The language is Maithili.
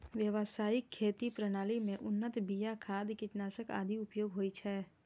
व्यावसायिक खेती प्रणाली मे उन्नत बिया, खाद, कीटनाशक आदिक उपयोग होइ छै